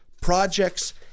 Projects